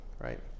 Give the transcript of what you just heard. right